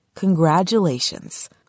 congratulations